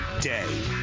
day